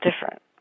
different